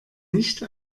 nicht